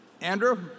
Andrew